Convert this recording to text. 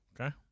Okay